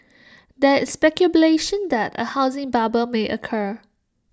there is speculation that A housing bubble may occur